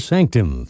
Sanctum